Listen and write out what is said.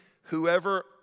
Whoever